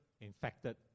infected